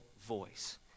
voice